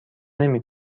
نمی